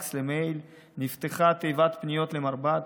נפתחה תיבת פניות למרב"ד